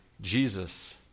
Jesus